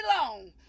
long